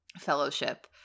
Fellowship